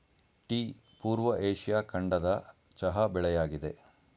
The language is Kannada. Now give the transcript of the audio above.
ಟೀ ಪೂರ್ವ ಏಷ್ಯಾ ಖಂಡದ ಚಹಾ ಬೆಳೆಯಾಗಿದೆ